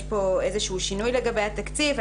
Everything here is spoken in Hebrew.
יש פה איזשהו שינוי לגבי התקציב.